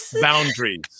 Boundaries